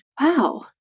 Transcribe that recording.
wow